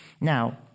Now